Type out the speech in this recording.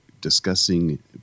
discussing